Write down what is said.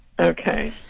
Okay